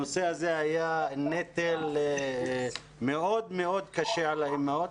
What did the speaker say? הנושא הזה הוא נטל מאוד קשה על האימהות,